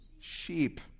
sheep